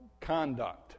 conduct